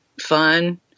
fun